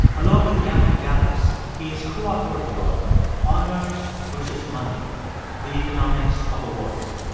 along with jana gallus, he is co-author of the book honours versus money the economics of awards.